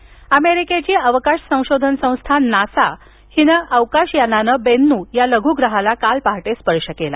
NASA अवकाशयान अमेरिकेची अवकाश संशोधन संस्था नासाच्या अवकाश यानानं बेन्नू या लघुग्रहाला काल पहाटे स्पर्श केला